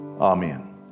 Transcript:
amen